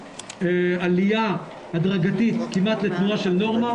עליה הדרגתית כמעט לתנועה של נורמה,